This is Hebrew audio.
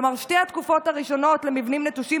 כלומר שתי התקופות הראשונות למבנים נטושים,